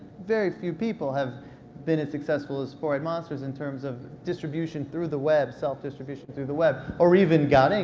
very few people have been as successful as four eyed monsters in terms of distribution through the web, self-distribution through the web. or even god, inc,